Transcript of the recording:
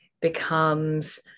becomes